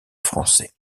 français